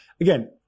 again